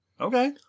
Okay